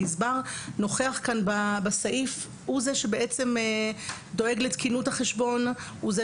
הגזבר הוא זה שדואג לתקינות החשבון; הוא זה